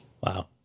Wow